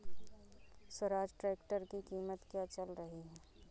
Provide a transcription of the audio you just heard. Swaraj tractor की कीमत क्या चल रही है?